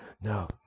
No